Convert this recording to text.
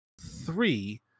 Three